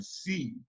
see